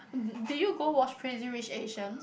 did you go watch Crazy Rich Asians